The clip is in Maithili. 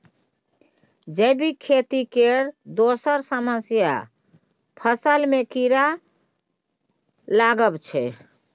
जैबिक खेती केर दोसर समस्या फसल मे कीरा लागब छै